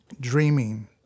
dreaming